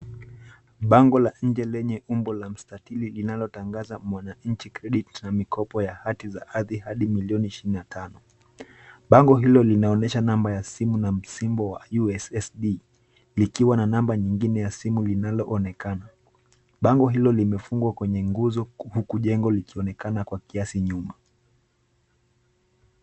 Bango la nje lenye umbo la mstatili linalotangaza Mwananchi Credit na mikopo ya hati za ardhi hadi milioni ishirini na tano. Bango hilo linaonyesha namba ya simu na msimbo wa USSD likiwa na namba nyingine ya simu linaloonekana. Bango hilo limefungwa kwenye nguzo, huku jengo likionekana kwa kiasi nyuma.